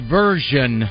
version